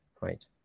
right